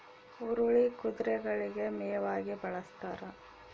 ಹುರುಳಿ ಕುದುರೆಗಳಿಗೆ ಮೇವಾಗಿ ಬಳಸ್ತಾರ